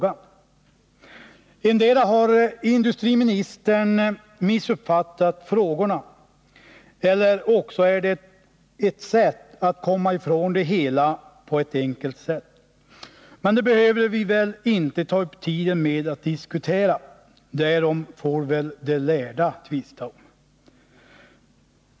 Antingen har industriministern missuppfattat frågorna eller också är det ett försök att komma ifrån det hela på ett enkelt sätt. Men det behöver vi inte ta upp tiden med att diskutera; därom får väl de lärde tvista.